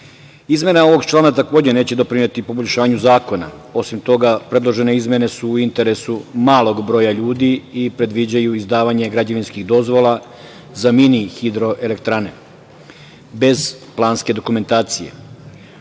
ovog člana, takođe, neće doprineti poboljšanju zakona. Osim toga, predložene izmene su u interesu malog broja ljudi i predviđaju izdavanje građevinskih dozvola za mini hidroelektrane bez planske dokumentacije. Ove